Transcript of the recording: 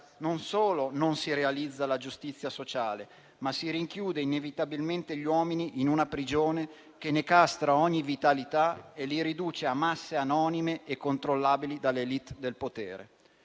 non solo non si realizza la giustizia sociale, ma si rinchiudono inevitabilmente gli uomini in una prigione che ne castra ogni vitalità e li riduce a masse anonime e controllabili dall'*élite* del potere.